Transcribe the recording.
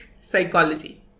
psychology